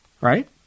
Right